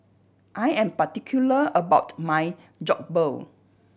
I am particular about my Jokbal